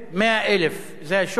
100,000, זה השווי.